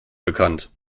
bekannt